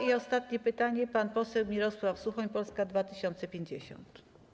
I ostatnie pytanie, pan poseł Mirosław Suchoń, Polska 2050.